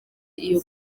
iyo